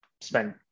spend